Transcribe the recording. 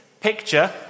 picture